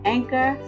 Anchor